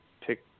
pick –